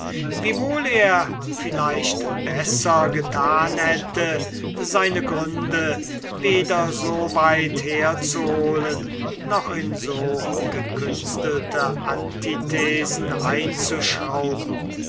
wiewohl er vielleicht besser getan hätte seine gründe weder so weit herzuholen noch in so gekünstelte antithesen